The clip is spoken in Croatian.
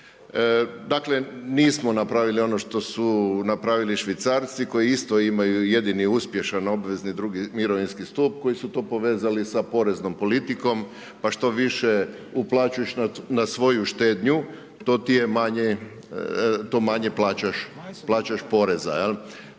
Dakle, nismo napravili ono što su napravili Švicarci koji isto imaju jedini uspješan obvezni drugi mirovinski stup, koji su to povezali sa poreznom politikom, pa što više uplaćuješ na svoju štednju to ti je manje, to manje